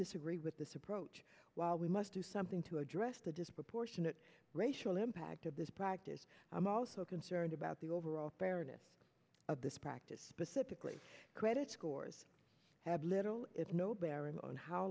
disagree with this approach while we must do something to address the disproportionate racial impact of this practice i'm also concerned about the overall fairness of this practice specifically credit scores have little if no bearing on how